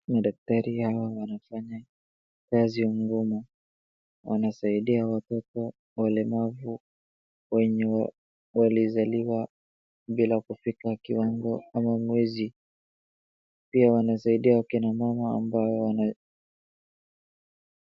Madaktari hawa wanafanya kazi ngumu, wanasaidia watoto walemavu wenye walizaliwa bila kufika kiwango ama mwezi, pia wanasaidia akina mama ambao wana...